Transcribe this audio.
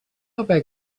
haver